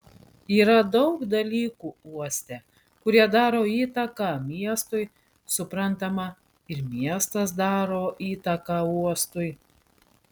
yra daug dalykų uoste kurie daro įtaką miestui suprantama ir miestas daro įtaką uostui